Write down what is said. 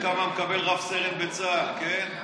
תראה כמה מקבל רב-סרן בצה"ל, כן?